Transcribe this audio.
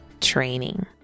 training